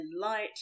light